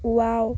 wow